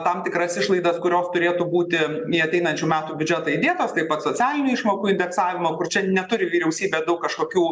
tam tikras išlaidas kurios turėtų būti į ateinančių metų biudžetą įdėtos taip pat socialinių išmokų indeksavimo kur čia neturi vyriausybė daug kažkokių